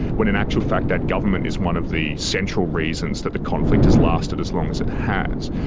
when in actual fact that government is one of the central reasons that the conflict has lasted as long as it has.